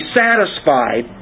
satisfied